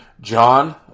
John